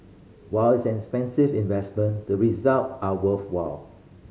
while it's an expensive investment the result are worthwhile